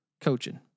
coaching